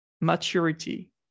maturity